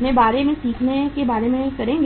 के बारे में और सीखने के बारे में करेंगे